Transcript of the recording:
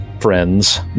friends